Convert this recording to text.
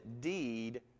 deed